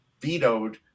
vetoed